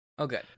Okay